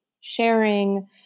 sharing